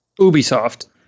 Ubisoft